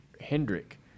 Hendrick